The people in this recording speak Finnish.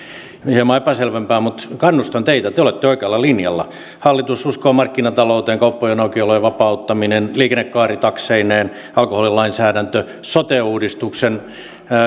hieman epäselvempää mutta kannustan teitä te olette oikealla linjalla hallitus uskoo markkinatalouteen kauppojen aukiolojen vapauttaminen liikennekaari takseineen alkoholilainsäädäntö sote uudistuksen